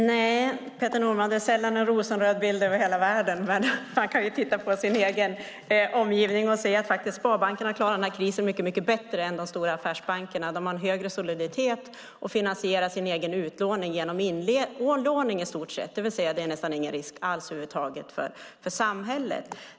Herr talman! Nej, Peter Norman, det är sällan en rosenröd bild över hela världen, men man kan titta på sin egen omgivning och se att sparbankerna har klarat denna kris mycket bättre än de stora affärsbankerna. De har en högre soliditet och finansierar sin egen utlåning genom inlåning i stort sett. Det är alltså nästan ingen risk alls för samhället.